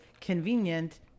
convenient